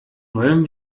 wollen